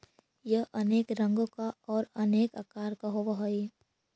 यह अनेक रंगों का और अनेक आकार का होव हई